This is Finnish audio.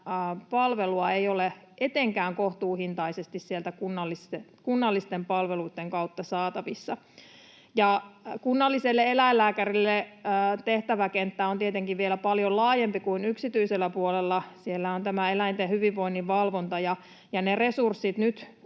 palvelua ei ole etenkään kohtuuhintaisesti sieltä kunnallisten palveluitten kautta saatavissa. Kunnalliselle eläinlääkärille tehtäväkenttä on tietenkin vielä paljon laajempi kuin yksityisellä puolella. Siellä on tämä eläinten hyvinvoinnin valvonta, ja ne resurssit nyt